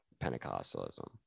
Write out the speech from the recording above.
Pentecostalism